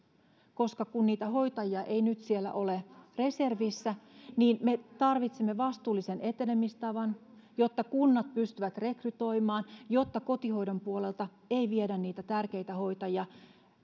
koska kun niitä hoitajia ei nyt ole siellä reservissä niin me tarvitsemme vastuullisen etenemistavan jotta kunnat pystyvät rekrytoimaan jotta kotihoidon puolelta ei viedä niitä tärkeitä hoitajia